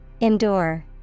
Endure